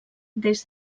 des